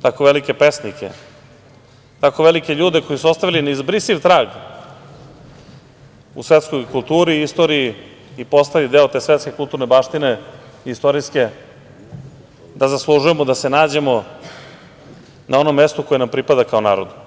tkao velike pesnike, tako velike ljude koji su ostavili neizbrisiv trag u svetskoj kulturi, istoriji i postali deo te svetske kulturne baštine, istorijske, da zaslužujemo da se nađemo na onom mestu koje nam pripada kao narodu.